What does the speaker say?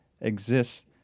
exists